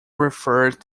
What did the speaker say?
referred